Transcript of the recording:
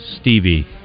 Stevie